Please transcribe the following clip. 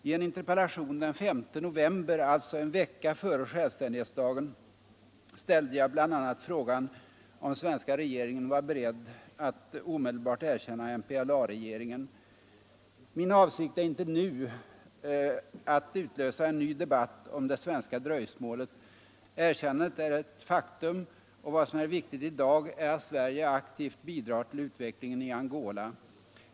I en interpellation den 5 november, alltså en vecka före självständighetsdagen, ställde jag bl.a. frågan om svenska regeringen var beredd att omedelbart erkänna MPLA-regeringen. Min avsikt är inte nu att utlösa en ny debatt om det svenska dröjsmålet. Erkännandet är ett faktum, och vad som är viktigt i dag är att Sverige aktivt bidrar till utvecklingen i Angola.